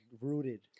rooted